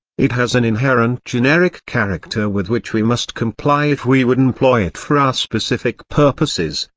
it has an inherent generic character with which we must comply if we would employ it for our specific purposes,